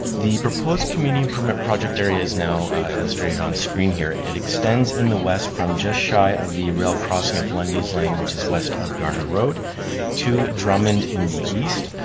the proposed community improvement project area is now illustrated on screen here. it extends in the west from just shy of the rail crossing of lundy's lane, which is west of garner road to dropmond in the east,